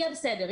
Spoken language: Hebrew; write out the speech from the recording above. יהיה בסדר,